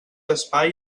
espai